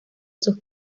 sus